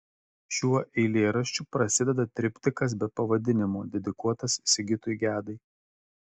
šiuo eilėraščiu prasideda triptikas be pavadinimo dedikuotas sigitui gedai